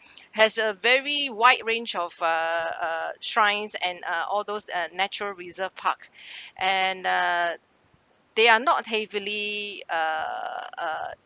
has a very wide range of uh uh shrines and uh all those uh natural reserve park and uh they are not heavily uh uh